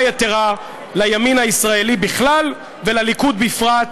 יתרה לימין הישראלי בכלל ולליכוד בפרט,